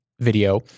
video